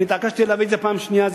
אני התעקשתי להביא את זה פעם שנייה.